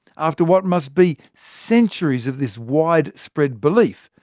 after what must be centuries of this widespread belief,